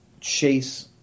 chase